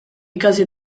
ikasi